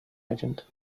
agent